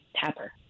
Tapper